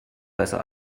besser